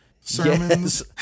sermons